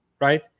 right